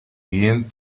bien